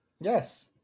yes